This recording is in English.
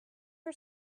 her